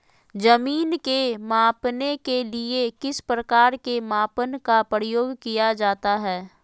जमीन के मापने के लिए किस प्रकार के मापन का प्रयोग किया जाता है?